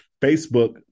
Facebook